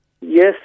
Yes